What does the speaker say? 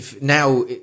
Now